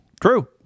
True